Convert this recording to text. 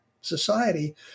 society